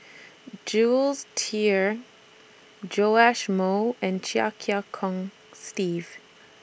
Jules Itier Joash Moo and Chia Kiah Hong Steve